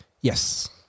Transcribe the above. Yes